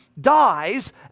dies